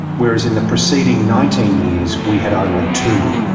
whereas in the preceding nineteen years we had only two.